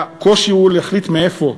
הקושי הוא להחליט איפה,